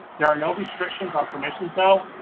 there are no restrictions on permissions, though.